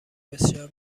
بسیار